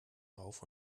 rauf